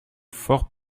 fort